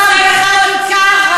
לא הגנבתי את המתנחלים.